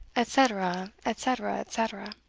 etc. etc. etc.